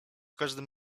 każdym